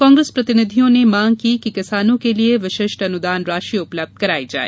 कांग्रेस प्रतिनिधियों ने मांग की कि किसानों के लिए विशिष्ट अनुदान राशि उपलब्ध कराई जाए